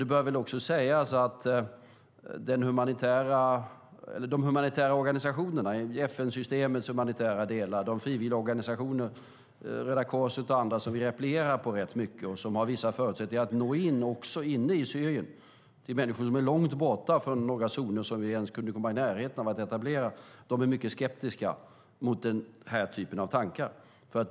Det bör väl sägas att de humanitära organisationer - FN-systemets humanitära delar och de frivilliga organisationerna, Röda Korset och andra - som vi rätt mycket replierar på och som har vissa förutsättningar att nå in i Syrien, till människor som är långt borta från några zoner som vi inte ens skulle komma i närheten av att kunna etablera, är mycket skeptiska mot den typen av tankar.